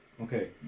Okay